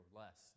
less